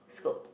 scope